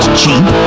cheap